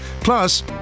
Plus